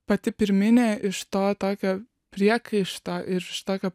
pati pirminė iš to tokio priekaišto ir iš tokio